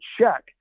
check